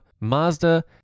Mazda